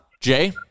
Jay